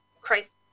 Christ